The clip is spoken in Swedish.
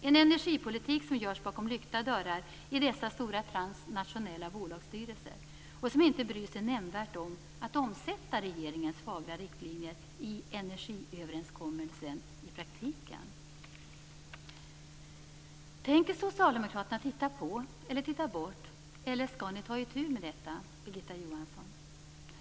En energipolitik som görs bakom lykta dörrar i dessa stora transnationella bolagsstyrelser som inte bryr sig nämnvärt om att omsätta regeringens fagra riktlinjer i energiöverenskommelsen i praktiken. Tänker socialdemokraterna titta på eller titta bort eller skall ni ta itu med detta, Birgitta Johansson?